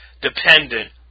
dependent